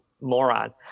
moron